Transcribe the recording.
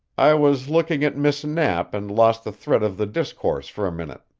i was looking at miss knapp and lost the thread of the discourse for a minute.